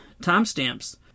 timestamps